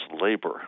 labor